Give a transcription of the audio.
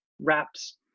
wraps